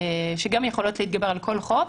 שגם יכולות להתגבר על כל חוק,